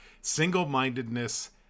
single-mindedness